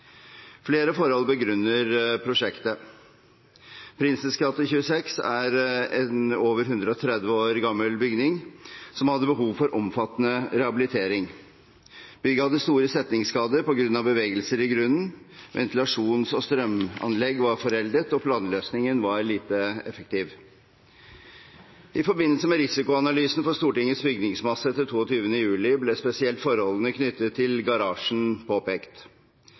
Flere forhold begrunner prosjektet. Prinsens gate 26 er en over 130 år gammel bygning, som hadde behov for omfattende rehabilitering. Bygget hadde store setningsskader på grunn av bevegelser i grunnen, ventilasjons- og strømanlegg var foreldet, og planløsningen var lite effektiv. I forbindelse med risikoanalysen for Stortingets bygningsmasse etter 22. juli ble spesielt forholdene knyttet til garasjen påpekt.